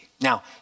Now